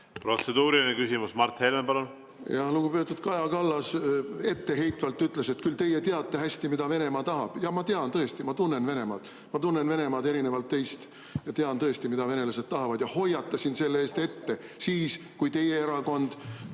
Protseduuriline küsimus, Mart Helme, palun! Lugupeetud Kaja Kallas etteheitvalt ütles, et küll teie teate hästi, mida Venemaa tahab. Ma tean tõesti, ma tunnen Venemaad. Erinevalt teist ma tunnen Venemaad ja tean tõesti, mida venelased tahavad. Ja hoiatasin selle eest ette siis, kui teie erakond